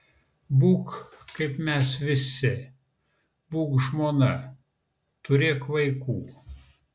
būk kaip mes visi būk žmona turėk vaikų